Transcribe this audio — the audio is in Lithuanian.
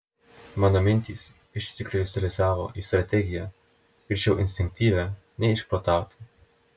mano mintys išsikristalizavo į strategiją greičiau instinktyvią nei išprotautą